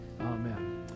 Amen